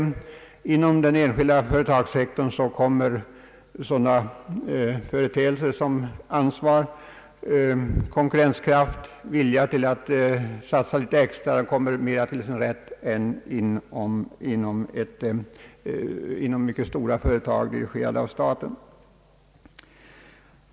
Inom den senare kommer säkerligen sådana företeelser som personligt ansvar, konkurrenskraft och viljan att satsa litet extra mera till sin rätt än inom mycket stora statligt ägda företag.